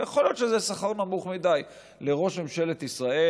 ויכול להיות שזה שכר נמוך מדי לראש ממשלת ישראל,